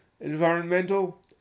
environmental